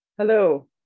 Hello